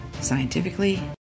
scientifically